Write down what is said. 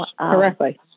Correctly